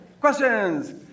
Questions